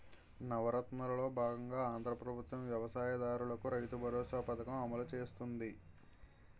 నవరత్నాలలో బాగంగా ఆంధ్రా ప్రభుత్వం వ్యవసాయ దారులకు రైతుబరోసా పథకం అమలు చేస్తుంది